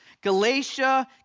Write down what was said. Galatia